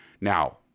now